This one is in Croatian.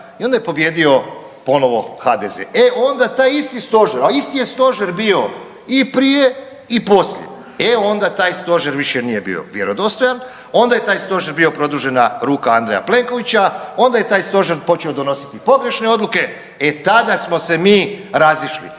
i onda je pobijedio ponovo HDZ. E onda taj isti stožer, a isti je stožer bio i prije i poslije, e onda taj stožer više nije bio vjerodostojan, onda je taj stožer bio produžena ruka Andreja Plenkovića, onda je taj stožer počeo donositi pogrešne odluke, e tada smo se mi razišli